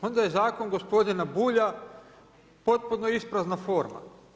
Onda je Zakon gospodina Bulja potpuno isprazna forma.